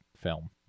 film